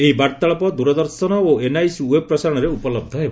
ଏହି ବାର୍ତ୍ତାଳାପ ଦୂରଦର୍ଶନ ଓ ଏନ୍ଆଇସି ଓ୍ୱେବ୍ ପ୍ରସାରଣରେ ଉପଳହ୍ଧ ହେବ